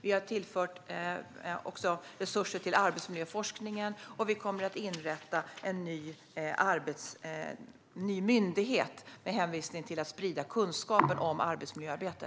Vi har också tillfört resurser till arbetsmiljöforskningen, och vi kommer att inrätta en ny myndighet som ska sprida kunskap om arbetsmiljöarbete.